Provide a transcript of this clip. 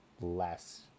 less